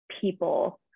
people